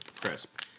crisp